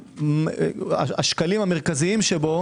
השקלים המרכזיים שבו,